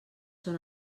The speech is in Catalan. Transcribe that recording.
són